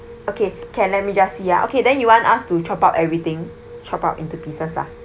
okay can let me just see ah okay then you want us to chop up everything chop up into pieces lah